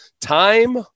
time